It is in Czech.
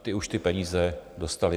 Ty už ty peníze dostaly.